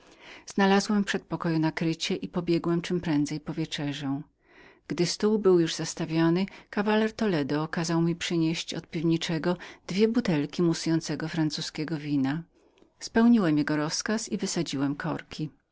znalazłem w przedpokoju nakrycie i pobiegłem czemprędzej po wieczerzę gdy stół już był zastawiony kawaler toledo kazał mi przynieść od piwniczego dwie butelki musującego wina francuzkiego spełniłem jego rozkaz i wysadziłem korki